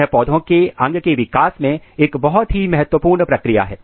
यह पौधे के अंग के विकास में एक बहुत महत्वपूर्ण प्रक्रिया है